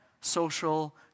social